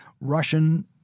Russian